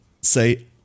say